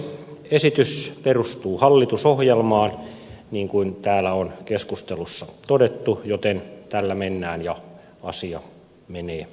esitys perustuu hallitusohjelmaan niin kuin täällä on keskustelussa todettu joten tällä mennään ja asia menee läpi